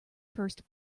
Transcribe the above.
first